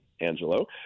Angelo